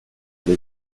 alle